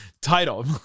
title